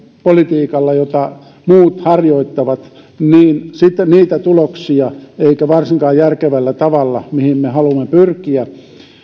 politiikalla jota muut harjoittavat ei saada aikaiseksi niitä tuloksia eikä varsinkaan järkevällä tavalla mihin me haluamme pyrkiä